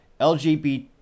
LGBT